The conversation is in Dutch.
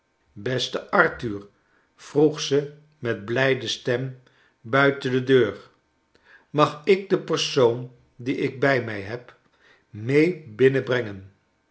beste arthur vroeg ze met blijde stem buiten de deur mag ik de persoon die ik bij mij heb mee